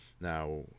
Now